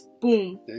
Boom